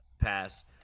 passed